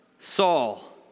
Saul